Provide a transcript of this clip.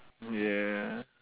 ya